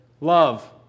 love